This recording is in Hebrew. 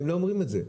הם לא אומרים את זה.